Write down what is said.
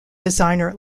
designer